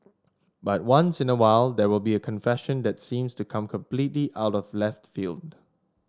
but once in a while there will be a confession that seems to come completely out of left field